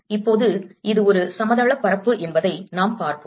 இப்போது இது ஒரு சமதளப் பரப்பு என்பதை நாம் பார்ப்போம்